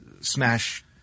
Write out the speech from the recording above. smash